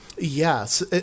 Yes